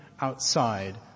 outside